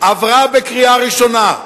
עברה בקריאה ראשונה,